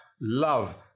love